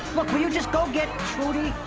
look, will you just go get trudy?